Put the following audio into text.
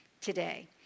today